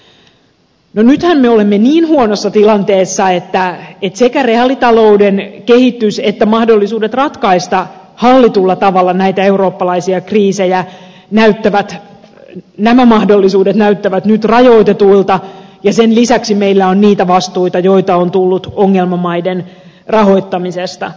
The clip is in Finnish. no nythän me olemme niin huonossa tilanteessa että sekä reaalitalouden kehitys että mahdollisuudet ratkaista hallitulla tavalla näitä eurooppalaisia kriisejä näyttävät nyt rajoitetuilta ja sen lisäksi meillä on niitä vastuita joita on tullut ongelmamaiden rahoittamisesta